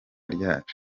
ryacu